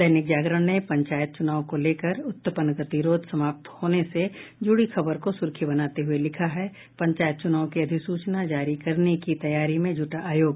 दैनिक जागरण ने पंचायत चुनाव को लेकर उत्पन्न गतिरोध समाप्त होने से जुड़ी खबर को सुर्खी बनाते हुए लिखा है पंचायत चुनाव की अधिसूचना जारी करने की तैयारी में जुटा आयोग